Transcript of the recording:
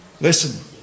Listen